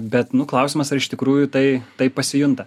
bet klausimas ar iš tikrųjų tai taip pasijunta